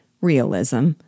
realism